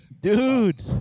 Dude